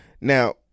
Now